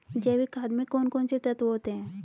जैविक खाद में कौन कौन से तत्व होते हैं?